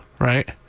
right